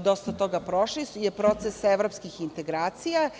dosta toga prošli, je proces evropskih integracija.